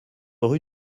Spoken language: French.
rue